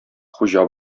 хуҗа